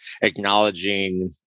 acknowledging